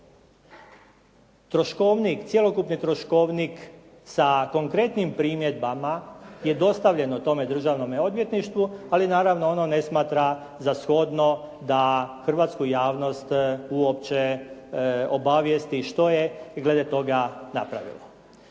Troškovnik, cjelokupni troškovnik sa konkretnim primjedbama je dostavljen tome državnome odvjetništvu, ali naravno ono ne smatra za shodno da hrvatsku javnost uopće obavijesti što je glede toga napravilo.